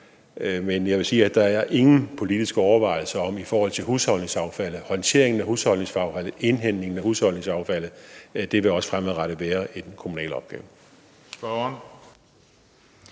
men jeg vil sige, at der ikke er nogen politiske overvejelser i forbindelse med husholdningsaffald, håndtering af husholdningsaffald eller indsamling af husholdningsaffald. Det vil også fremadrettet være en kommunal opgave.